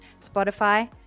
Spotify